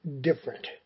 different